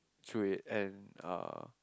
through it and uh